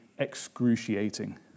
excruciating